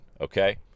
Okay